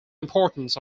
importance